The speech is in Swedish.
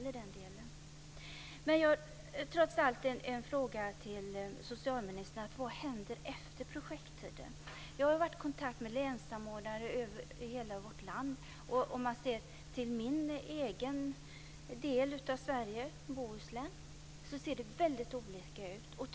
Vad händer efter projekttiden, socialministern? Jag har varit i kontakt med länssamordnare i hela landet. I min egen del av Sverige, Bohuslän, ser det olika ut.